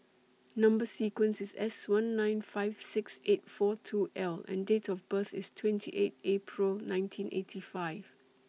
Number sequence IS S one nine five six eight four two L and Date of birth IS twenty eight April nineteen eighty five